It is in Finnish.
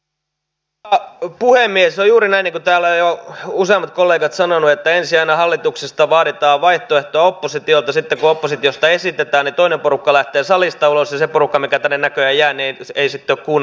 se on juuri näin niin kuin täällä jo useammat kollegat ovat sanoneet että aina ensin hallituksesta vaaditaan vaihtoehtoa oppositiolta ja sitten kun oppositiosta esitetään toinen porukka lähtee salista ulos ja se porukka mikä tänne näköjään jää ei sitten ole kuunnellut niitä vaihtoehtoja